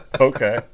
Okay